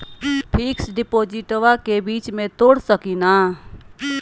Fix डिपोजिटबा के बीच में तोड़ सकी ना?